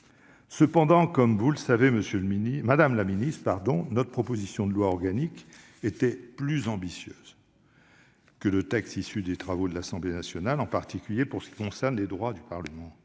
Cela dit, vous le savez, madame la ministre, notre proposition de loi organique était plus ambitieuse que le texte issu des travaux de l'Assemblée nationale, en particulier pour ce qui concerne les droits du Parlement.